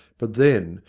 but then,